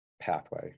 pathway